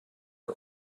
are